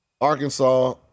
Arkansas